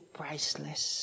priceless